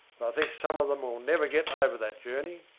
think some of them will never get over that journey.